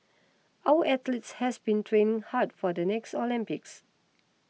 our athletes has been training hard for the next Olympics